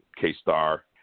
K-Star